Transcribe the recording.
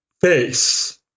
face